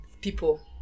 people